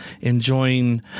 enjoying